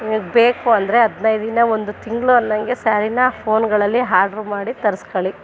ನಿಮಗೆ ಬೇಕು ಅಂದರೆ ಹದ್ನೈದು ದಿನ ಒಂದು ತಿಂಗಳು ಅನ್ನೋಂಗೆ ಸ್ಯಾರಿನ ಫೋನ್ಗಳಲ್ಲಿ ಹಾರ್ಡ್ರ್ ಮಾಡಿ ತರಿಸ್ಕೊಳ್ಳಿ